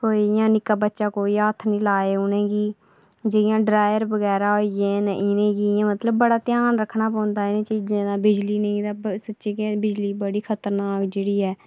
कोई इ'यां निक्का बच्चा कोई हत्थ नेईं ला उ'नें गी जि'यां ड्रायर बगैरा होई गे न उनें गी इयां मतलब बड़ा ध्यान रक्खना पौंदा इ'नें चीजें दा बिजली नेईं ते सच गै बिजली बड़ी गै खतरनाक जेहड़ी ऐ